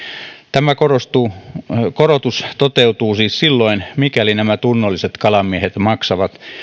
tämä korotus toteutuu siis silloin mikäli nämä tunnolliset kalamiehet maksavat